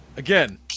Again